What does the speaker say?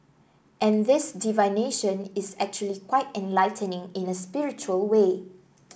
and this divination is actually quite enlightening in a spiritual way